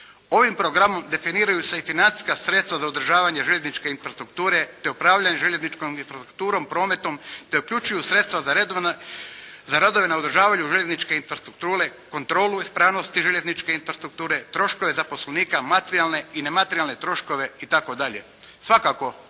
Ovim programom definiraju se i financijska sredstva za održavanje željezničke infrastrukture, te upravljanje željezničkom infrastrukturom, prometom, te uključuju sredstva za radove na održavanju željezničke infrastrukture, kontrolu ispravnosti željezničke infrastrukture, troškove zaposlenika, materijalne i nematerijalne troškove itd.. Svakako